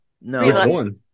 No